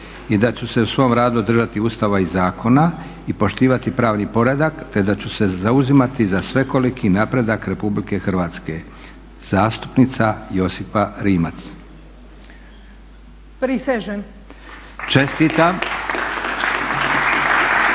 i da ću se u svom radu držati Ustava i zakona i poštivati pravni poredak, te da ću se zauzimati za svekoliki napredak Republike Hrvatske. Zastupnica Josipa Rimac. **Rimac, Josipa